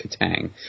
Katang